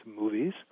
movies